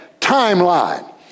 timeline